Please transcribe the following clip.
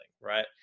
right